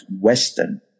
western